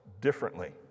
differently